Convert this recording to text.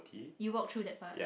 you walk through that part